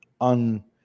on